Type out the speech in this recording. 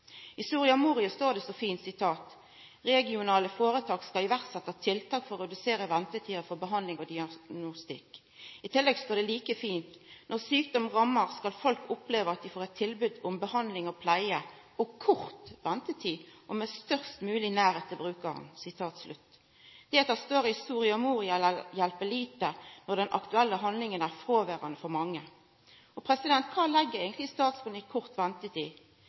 I Soria Moria står det så fint at «regionale foretak iverksetter tiltak for å redusere ventetidene for behandling og diagnostikk». I tillegg står det like fint: «Når sykdom rammer skal folk oppleve at de får et tilbud om behandling og pleie med kort ventetid og med størst mulig nærhet til brukeren.» Det at det står i Soria Moria, hjelper lite når den aktuelle behandlinga er fråverande for mange. Kva legg eigentleg statsråden i